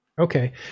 Okay